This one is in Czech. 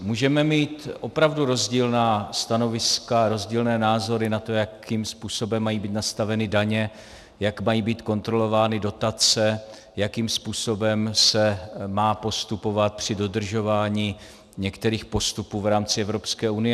Můžeme mít opravdu rozdílná stanoviska, rozdílné názory na to, jakým způsobem mají být nastaveny daně, jak mají být kontrolovány dotace, jakým způsobem se má postupovat při dodržování některých postupů v rámci Evropské unie.